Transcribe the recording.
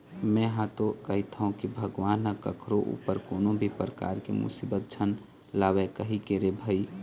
में हा तो कहिथव के भगवान ह कखरो ऊपर कोनो भी परकार के मुसीबत झन लावय कहिके रे भई